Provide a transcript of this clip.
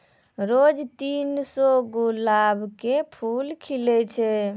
रोज तीन सौ गुलाब के फूल खिलै छै